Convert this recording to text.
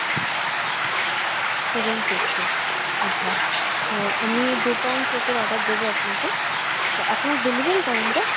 seven fifty আচ্ছা তো আমি দু পাউন্ড কেকের অর্ডার দেবো আপনাকে তো আপনারা ডেলিভারি করেন তো